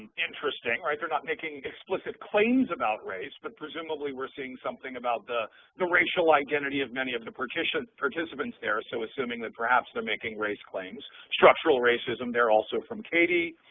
interesting, right. they're not making explicit claims about race, but presumably we're seeing something about the the racial identity of many of the participants participants there, so assuming that perhaps they're making race claims. structural racism there, also from cady.